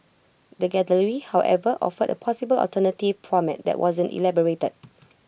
the gallery however offered A possible alternative format that wasn't elaborated